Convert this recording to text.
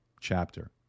chapter